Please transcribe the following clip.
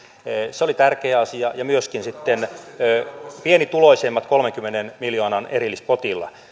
se oli tärkeä ja myöskin sitten pienituloisimmat kolmenkymmenen miljoonan erillispotilla